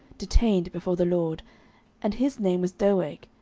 detained before the lord and his name was doeg,